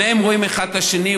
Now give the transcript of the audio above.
שניהם רואים אחד את השני,